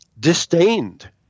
Disdained